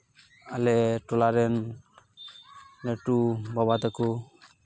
ᱟᱞᱮ ᱴᱚᱞᱟ ᱨᱮᱱ ᱞᱟᱹᱴᱩ ᱵᱟᱵᱟ ᱛᱟᱠᱚ